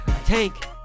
tank